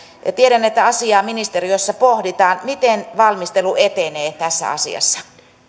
ja tiedän että asiaa ministeriössä pohditaan miten valmistelu etenee tässä asiassa